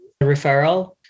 referral